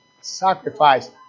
sacrifice